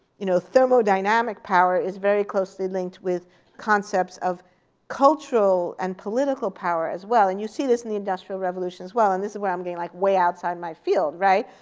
you know thermodynamic power is very closely linked with concepts of cultural and political power as well. and you see this in the industrial revolution as well. and this is where i'm getting, like, way outside my field, right?